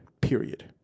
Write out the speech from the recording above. period